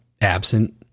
absent